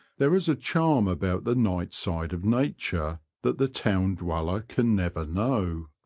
there is a charm about the night side of nature that the town dweller can never know.